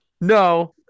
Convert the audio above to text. no